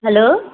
hello